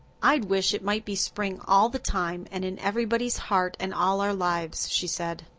i'd wish it might be spring all the time and in everybody's heart and all our lives, she said.